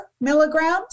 milligrams